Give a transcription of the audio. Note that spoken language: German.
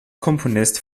komponist